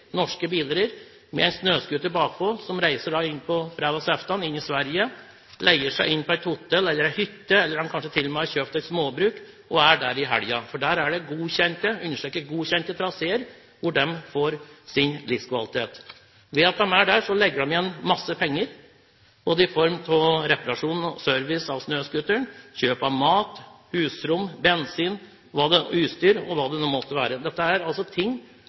med snøscooter bakpå som reiser inn fredag ettermiddag til Sverige, leier seg inn på hotell, hytte eller kanskje de til og med har kjøpt et småbruk, og er der i helgen. Der er det godkjente – jeg understreker godkjente – traseer. Det å bruke dem gir dem livskvalitet. Ved at de er der, legger de igjen mange penger både i form av reparasjoner og service på snøscooteren, kjøp av mat, husrom, bensin, utstyr og hva det nå måtte være. Dette